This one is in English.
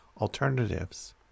alternatives